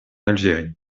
algérie